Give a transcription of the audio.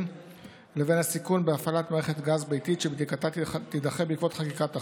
לבין הסיכון בהפעלת מערכת גז ביתית שבדיקתה תידחה בעקבות חקיקת החוק.